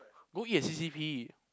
go eat at C_C_P